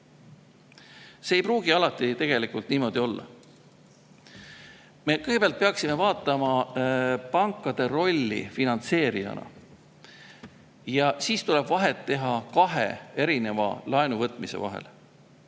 See ei pruugi alati niimoodi olla. Kõigepealt peaksime vaatama pankade rolli finantseerijana ja siis tuleb vahet teha kahe erineva laenuvõtmise vahel.